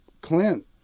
Clint